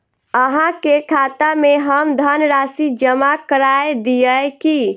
अहाँ के खाता में हम धनराशि जमा करा दिअ की?